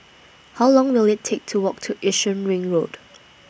How Long Will IT Take to Walk to Yishun Ring Road